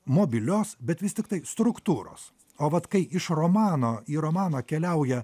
mobilios bet vis tiktai struktūros o vat kai iš romano į romaną keliauja